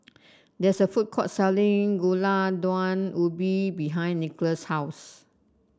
there is a food court selling Gulai Daun Ubi behind Nicolas' house